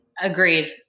Agreed